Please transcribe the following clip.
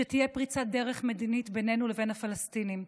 שתהיה פריצת דרך מדינית בינינו לבין הפלסטינים,